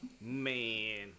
Man